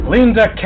Linda